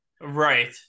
Right